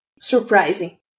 surprising